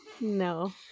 No